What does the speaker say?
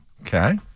Okay